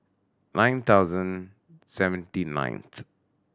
nine thousand seventy ninth